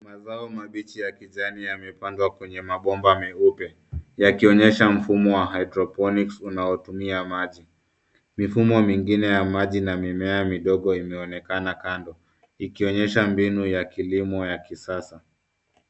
Mazao mabichi ya kijani yamepandwa kwenye mabomba meupe yakionyesha mfumo wa hydroponics unaotumia maji. Mifumo mingine ya maji na mimea midogo imeonekana kando ikionyesha mbinu ya kilimo ya kisasa.